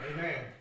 Amen